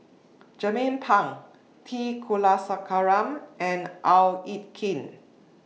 Jernnine Pang T Kulasekaram and Au Hing Yee